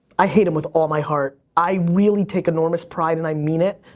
i hate them with all my heart. i really take enormous pride, and i mean it.